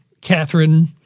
Catherine